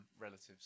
Relatives